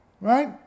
Right